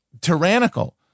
tyrannical